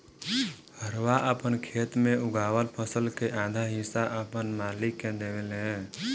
हरवाह आपन खेत मे उगावल फसल के आधा हिस्सा आपन मालिक के देवेले